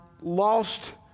lost